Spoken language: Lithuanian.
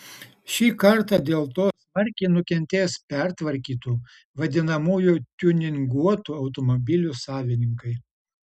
šį kartą dėl to smarkiai nukentės pertvarkytų vadinamųjų tiuninguotų automobilių savininkai